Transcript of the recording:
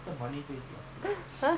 ah